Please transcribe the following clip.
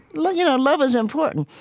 love you know love is important.